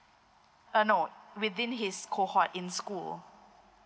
uh no within his cohort in school